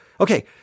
Okay